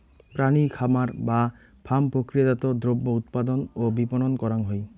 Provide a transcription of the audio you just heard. প্রাণী খামার বা ফার্ম প্রক্রিয়াজাত দ্রব্য উৎপাদন ও বিপণন করাং হই